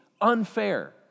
unfair